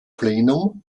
plenum